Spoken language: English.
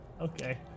Okay